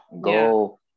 go